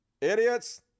Idiots